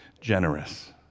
generous